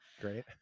great